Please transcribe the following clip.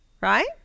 Right